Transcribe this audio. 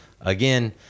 Again